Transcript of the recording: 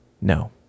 No